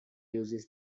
uses